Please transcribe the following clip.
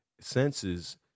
senses